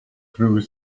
through